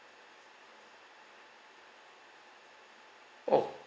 oh